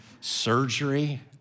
surgery